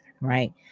right